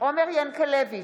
עומר ינקלביץ'